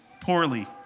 poorly